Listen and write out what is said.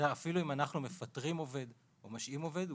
אפילו אם אנחנו מפטרים עובד או משעים עובד,